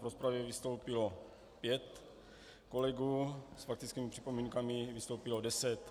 V rozpravě vystoupilo pět kolegů, s faktickými připomínkami vystoupilo deset.